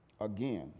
again